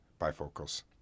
bifocals